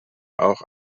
auch